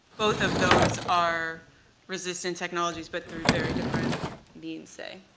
both of those are resistant technologies, but through very different means, say.